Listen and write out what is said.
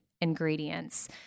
ingredients